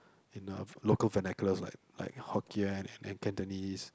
in the local vernaculars like like Hokkien and then Cantonese